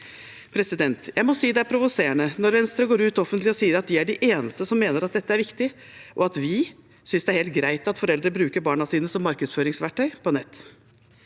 vurderes. Jeg må si det er provoserende når Venstre går ut offentlig og sier at de er de eneste som mener at dette er viktig, og at vi synes det er helt greit at foreldre bruker barna sine som markedsføringsverktøy på nett.